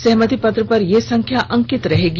सहमति पत्र पर यह संख्या अंकित रहेगी